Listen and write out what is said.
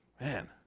man